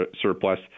surplus